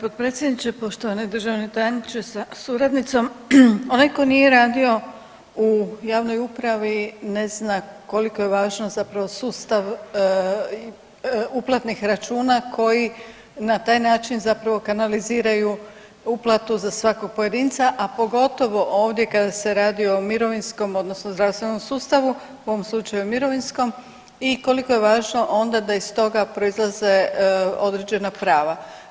Poštovani potpredsjedniče, poštovani državni tajniče sa suradnicom, onaj tko nije radio u javnoj upravi ne zna koliko je važan zapravo sustav uplatnih računa koji na taj način zapravo kanaliziraju uplatu za svakog pojedinca, a pogotovo ovdje kada se radi o mirovinskom odnosno zdravstvenom sustavu, u ovom slučaju mirovinskom i koliko je važno onda da iz toga proizlaze određena prava.